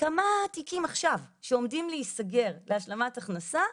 כמה תיקים עכשיו שעומדים להיסגר להשלמת הכנסה,